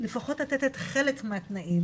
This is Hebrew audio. לפחות לתת את חלק מהתנאים,